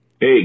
Hey